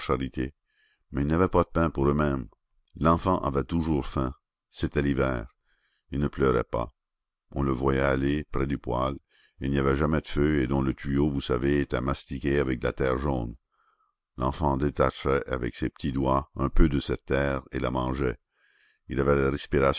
mais ils n'avaient pas de pain pour eux-mêmes l'enfant avait toujours faim c'était l'hiver il ne pleurait pas on le voyait aller près du poêle où il n'y avait jamais de feu et dont le tuyau vous savez était mastiqué avec de la terre jaune l'enfant détachait avec ses petits doigts un peu de cette terre et la mangeait il avait la